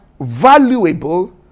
valuable